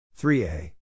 3a